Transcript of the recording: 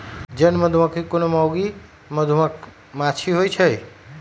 जन मधूमाछि कोनो मौगि मधुमाछि होइ छइ